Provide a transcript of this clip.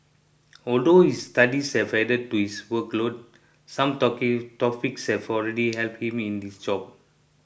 although his studies have added to his workload some topics have already helped him in his job